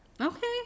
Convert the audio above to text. Okay